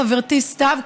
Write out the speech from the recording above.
חברתי סתיו,